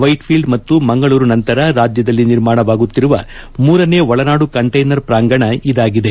ವೈಟ್ಫೀಲ್ಡ್ ಮತ್ತು ಮಂಗಳೂರು ನಂತರ ರಾಜ್ಯದಲ್ಲಿ ನಿರ್ಮಾಣವಾಗುತ್ತಿರುವ ಮೂರನೇ ಒಳನಾಡು ಕಂಟೈನರ್ ಪ್ರಾಂಗಣ ಇದಾಗಿದೆ